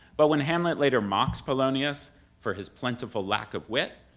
but when hamlet later mocks polonius for his plentiful lack of wit,